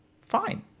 fine